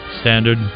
Standard